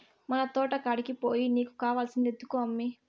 మన తోటకాడికి పోయి నీకు కావాల్సింది ఎత్తుకో అమ్మీ